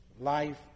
life